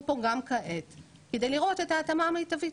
פה גם כעת כדי לראות את ההתאמה המיטבית.